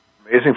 amazing